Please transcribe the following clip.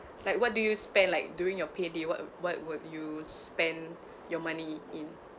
like what do you spend like during your pay day what what would you spend your money in